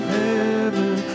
heaven